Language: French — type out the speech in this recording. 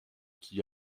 qui